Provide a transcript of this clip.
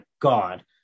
god